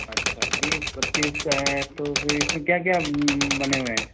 अच्छा बीस बत्तीस का है तो फिर इसमें क्या क्या बने हुए हैं